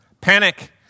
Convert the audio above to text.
Panic